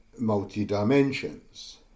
multi-dimensions